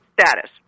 status